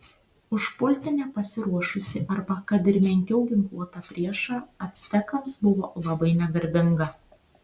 užpulti nepasiruošusį arba kad ir menkiau ginkluotą priešą actekams buvo labai negarbinga